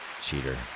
cheater